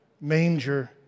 manger